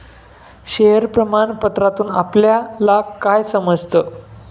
Share प्रमाण पत्रातून आपल्याला काय समजतं?